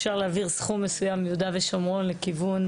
אפשר להעביר סכום מסוים מיהודה ושומרון לכיוון